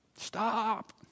Stop